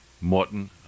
Morton